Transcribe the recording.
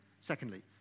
Secondly